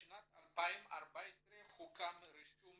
בשנת 2014 הוקם רישום